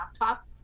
laptop